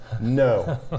No